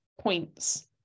Points